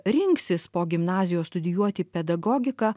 rinksis po gimnazijos studijuoti pedagogiką